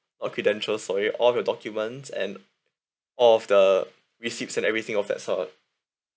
all credentials sorry all your documents and all of the receipts and everything of that sort